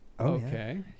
Okay